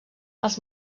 els